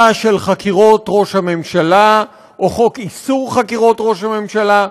של חקירות ראש הממשלה או חוק איסור חקירות ראש הממשלה,